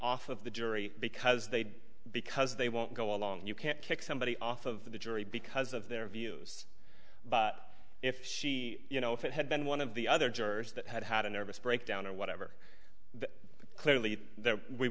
off of the jury because they because they won't go along you can't kick somebody off of the jury because of their views but if she you know if it had been one of the other jurors that had had a nervous breakdown or whatever but clearly th